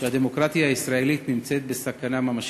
שהדמוקרטיה הישראלית נמצאת בסכנה ממשית.